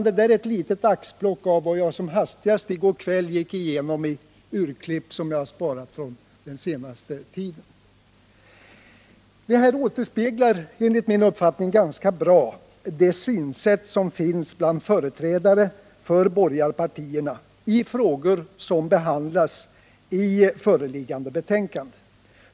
Detta är ett litet axplock från vad jag i går kväll som hastigast gick igenom bland mina senaste urklipp. Det här återspeglar, enligt min uppfattning, ganska bra synsättet bland företrädare för borgarpartierna när det gäller de frågor som behandlas i föreliggande betänkande.